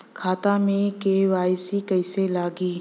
खाता में के.वाइ.सी कइसे लगी?